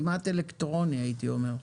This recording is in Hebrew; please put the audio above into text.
כמעט אלקטרוני הייתי אומר,